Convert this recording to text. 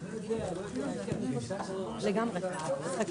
הישיבה ננעלה בשעה